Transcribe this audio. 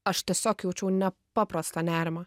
aš tiesiog jaučiau nepaprastą nerimą